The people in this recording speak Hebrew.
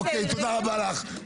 תודה רבה לך.